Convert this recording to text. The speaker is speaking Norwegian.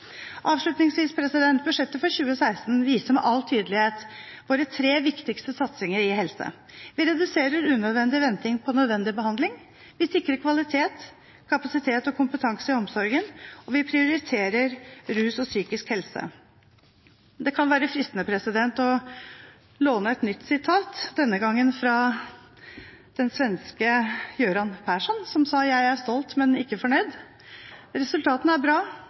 Avslutningsvis; budsjettet for 2016 viser med all tydelighet våre tre viktigste satsinger innen helse: Vi reduserer unødvendig venting på nødvendig behandling. Vi sikrer kvalitet, kapasitet og kompetanse i omsorgen. Vi prioriterer rus og psykisk helse. Det kan være fristende å låne et nytt sitat, denne gangen fra den svenske Göran Persson som sa at jeg er stolt, men ikke fornøyd. Resultatene er bra,